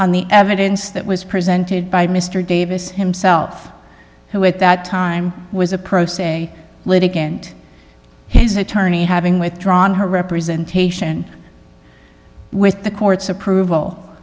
on the evidence that was presented by mr davis himself who at that time was a pro se litigant his attorney having withdrawn her representation with the court's approval